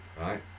right